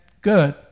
good